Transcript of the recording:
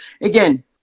again